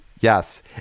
Yes